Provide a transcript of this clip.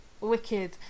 Wicked